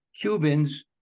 Cubans